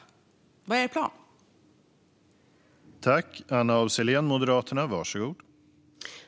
Vad är er plan?